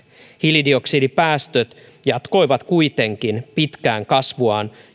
hiilidioksidipäästöt jatkoivat kuitenkin pitkään kasvuaan